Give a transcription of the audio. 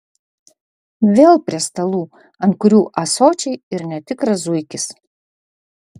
vėl prie stalų ant kurių ąsočiai ir netikras zuikis